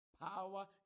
power